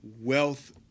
wealth